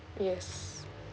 yes